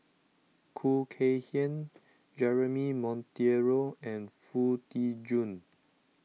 Khoo Kay Hian Jeremy Monteiro and Foo Tee Jun